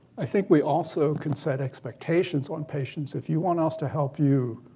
i think we also can set expectations on patients. if you want us to help you,